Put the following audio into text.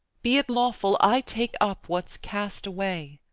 be it lawful i take up what's cast away.